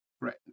right